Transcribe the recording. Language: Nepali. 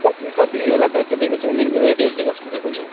कति कति होला तपाईँको चाउमिनको रेटहरू चाहिँ कस्तो छ कुन्नि